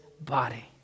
body